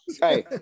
Hey